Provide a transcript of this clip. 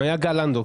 היה גל לנדאו.